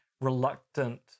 reluctant